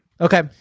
Okay